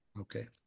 Okay